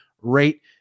rate